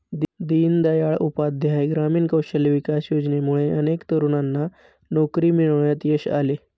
दीनदयाळ उपाध्याय ग्रामीण कौशल्य विकास योजनेमुळे अनेक तरुणांना नोकरी मिळवण्यात यश आले